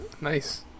nice